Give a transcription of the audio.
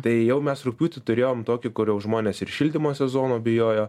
tai jau mes rugpjūtį turėjom tokį kur jau žmonės ir šildymo sezono bijojo